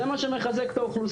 זה מה שמחזק את האוכלוסייה,